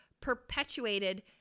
perpetuated